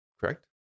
correct